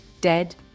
dead